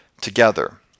together